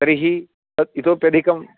तर्हि तत् इतोप्यधिकम्